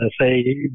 say